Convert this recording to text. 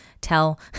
tell